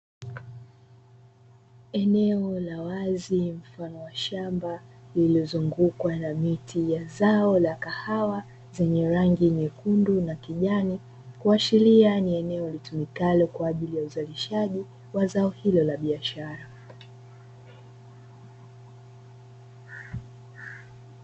Eneo la wazi mfano wa shamba, lililozungukwa na miti ya zao la kahawa zenye rangi nyekundu na kijani, kuashiria ni eneo litumikalo kwa ajili ya uzalishaji wa zao hilo la biashara.